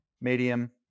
medium